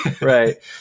Right